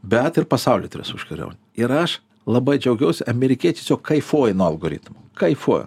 bet ir pasaulį turės užkariaut ir aš labai džiaugiuosi amerikiečiai tiesiog kaifuoja nuo algoritmų kaifuoja